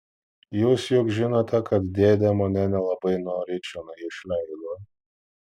jūs juk žinote kad dėdė mane nelabai noriai čionai išleido